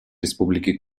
республики